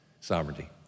sovereignty